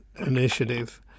initiative